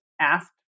asked